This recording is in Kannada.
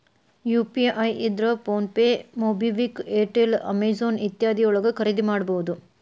ಯು.ಪಿ.ಐ ಇದ್ರ ಫೊನಪೆ ಮೊಬಿವಿಕ್ ಎರ್ಟೆಲ್ ಅಮೆಜೊನ್ ಇತ್ಯಾದಿ ಯೊಳಗ ಖರಿದಿಮಾಡಬಹುದು